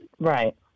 Right